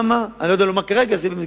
כרגע אני לא יודע לומר איך וכמה,